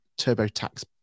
TurboTax